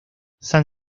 san